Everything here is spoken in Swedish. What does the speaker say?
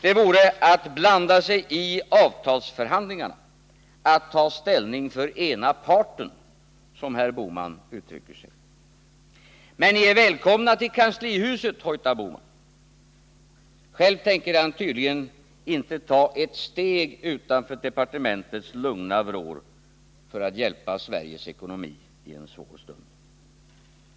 Det vore att blanda sig i avtalsförhandlingarna, att ta ställning för den ena parten, som herr Bohman uttrycker sig. Men ni är välkomna till kanslihuset, hojtar herr Bohman. Själv tänker han tydligen inte ta ett steg utanför departementets lugna vrår för att hjälpa Sveriges ekonomi i en svår stund.